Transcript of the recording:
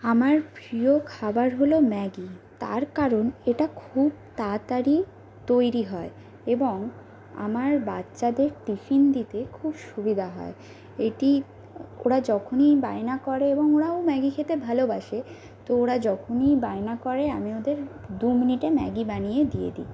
আমার প্রিয় খাবার হল ম্যাগি তার কারণ এটা খুব তাড়াতাড়ি তৈরি হয় এবং আমার বাচ্চাদের টিফিন দিতে খুব সুবিধা হয় এটি ওরা যখনই বায়না করে এবং ওরাও ম্যাগি খেতে ভালোবাসে তো ওরা যখনই বায়না করে আমি ওদের দু মিনিটে ম্যাগি বানিয়ে দিয়ে দিই